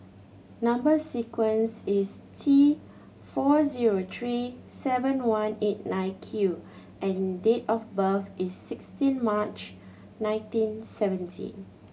number sequence is T four zero three seven one eight nine Q and date of birth is sixteen March nineteen seventy